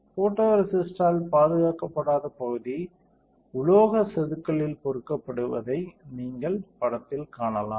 ஃபோட்டோரேசிஸ்ட்டால் பாதுகாக்கப்படாத பகுதி உலோகச் செதுக்கலில் பொறிக்கப்படுவதை நீங்கள் படத்தில் காணலாம்